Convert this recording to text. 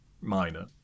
minor